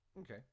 Okay